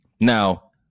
now